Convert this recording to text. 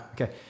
Okay